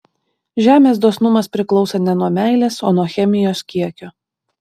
žemės dosnumas priklauso ne nuo meilės o nuo chemijos kiekio